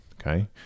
Okay